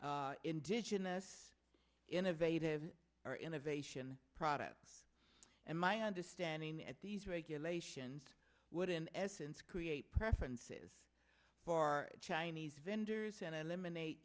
indigenous innovative our innovation product and my understanding at these regulations would in essence create preferences for chinese vendors and eliminate